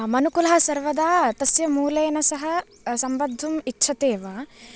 मनुकुलः सर्वदा तस्य मूलेन सह सम्बद्धुम् इच्छति एव